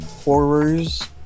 Horrors